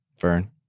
Vern